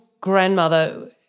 grandmother